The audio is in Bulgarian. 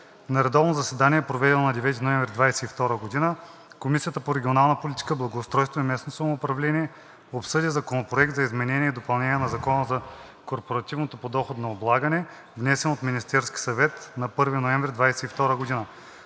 На редовно заседание, проведено на 9 ноември 2022 г., Комисията по регионална политика, благоустройство и местно самоуправление обсъди Законопроект за изменение и допълнение на Закона за корпоративното подоходно облагане, № 48-202-01-26, внесен от Министерския съвет на 1 ноември 2022 г.